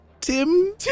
Tim